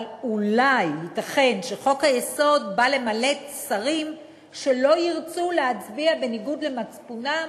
אבל אולי תיקון חוק-היסוד בא למלט שרים שלא ירצו להצביע בניגוד למצפונם,